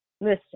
Listen